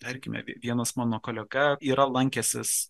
tarkime vienas mano kolega yra lankęsis